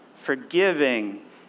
forgiving